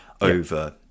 over